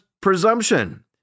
presumption